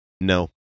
No